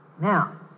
Now